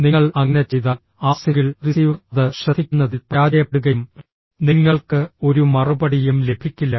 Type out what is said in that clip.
നിങ്ങൾ അങ്ങനെ ചെയ്താൽ ആ സിംഗിൾ റിസീവർ അത് ശ്രദ്ധിക്കുന്നതിൽ പരാജയപ്പെടുകയും നിങ്ങൾക്ക് ഒരു മറുപടിയും ലഭിക്കില്ല